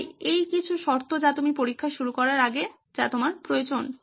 তাই এই কিছু শর্ত যা তুমি পরীক্ষা শুরু করার আগে যা তোমার প্রয়োজন